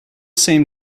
same